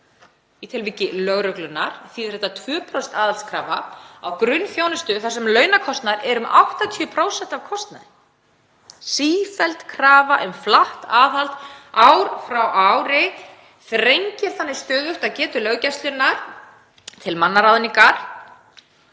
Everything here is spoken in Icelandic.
Í tilviki lögreglunnar þýðir þetta 2% aðhaldskröfu á grunnþjónustu þar sem launakostnaður er um 80% af kostnaði. Sífelld krafa en flatt aðhald ár frá ári þrengir þannig stöðugt að getu löggæslunnar til mannaráðninga.